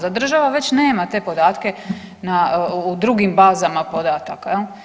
Zar država već nema te podatke na u drugim bazama podataka?